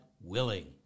willing